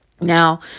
Now